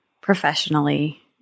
professionally